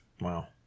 Wow